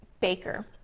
baker